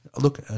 Look